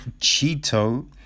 Cheeto